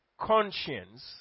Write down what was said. conscience